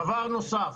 דבר נוסף,